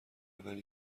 ولی